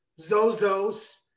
Zozos